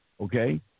okay